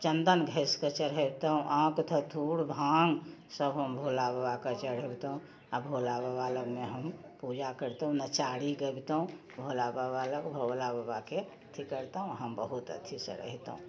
चन्दन घसि कऽ चढ़ैबितहुँ आँक धथुर भाँग सभ हम भोलाबाबाके चढ़ैबितहुँ आओर भोलाबाबा लगमे हम पूजा करितहुँ नचारी गबितहुँ भोलाबाबा लग भोलाबाबाके अथी करितहुँ हम बहुत अथीसँ रहितहुँ